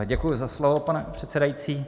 Děkuji za slovo, pane předsedající.